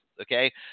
Okay